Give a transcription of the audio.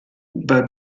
bei